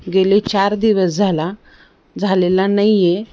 गेले चार दिवस झाला झालेला नाही आहे